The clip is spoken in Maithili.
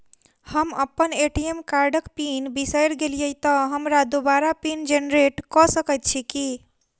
हम अप्पन ए.टी.एम कार्डक पिन बिसैर गेलियै तऽ हमरा दोबारा पिन जेनरेट कऽ सकैत छी की?